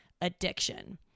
addiction